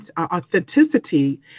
authenticity